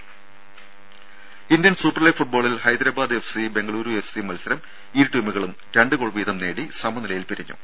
രും Indian super league ഫുട്ബോളിൽ Hyderabad FC Bengaluru FC മത്സരം ഇരു ടീമുകളും രണ്ട് ഗോൾ വീതം നേടി സമനിലയിൽ പിരിഞ്ഞു